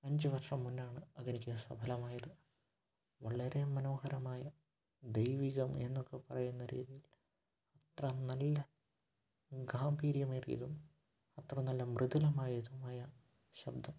അഞ്ച് വർഷം മുന്നെ ആണ് അത് എനിക്ക് സഫലമായത് വളരെ മനോഹരമായ ദൈവീകം എന്നൊക്കെ പറയുന്ന രീതിയിൽ അത്ര നല്ല ഗാംഭീര്യം ഏറിയതും അത്ര നല്ല മൃദുലമായതുമായ ശബ്ദം